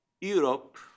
Europe